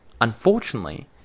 Unfortunately